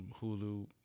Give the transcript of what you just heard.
Hulu